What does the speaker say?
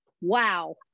wow